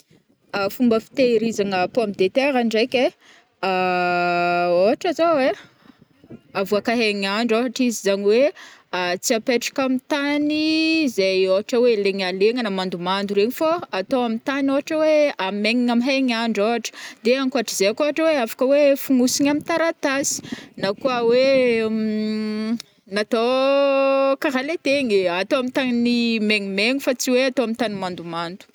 Fomba fitehirizagna pomme de terre ndraiky ai, ôhatra zao ai avoaka haignandro ôhatra izy zagny oe tsy apetraka amy tany izay ôhatra oe legnalegna na mandomando regny fô atao amy tany ôtra oe amaignina amin'ny hainandro ôhatra. De ankoatrizay koa ôhatra oe afaka oe fonosigna amin'ny taratasy na koa oe natô kara le teo igny atao amy tagny maignimaigny fa tsy oe atao amy tagny mandomando.